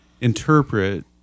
interpret